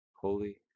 Holy